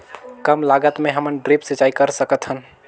कम लागत मे हमन ड्रिप सिंचाई कर सकत हन?